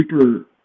super